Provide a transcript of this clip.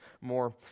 more